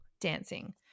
dancing